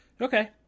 Okay